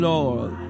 Lord